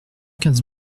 quinze